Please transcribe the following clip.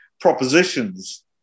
propositions